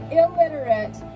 illiterate